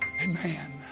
Amen